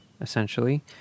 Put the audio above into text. essentially